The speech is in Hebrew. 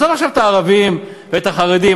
עזוב עכשיו את הערבים ואת החרדים.